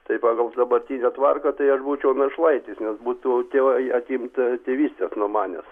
tai pagal dabartinę tvarką tai aš būčiau našlaitis nes būtų tėvai atimta tėvystės nuo manęs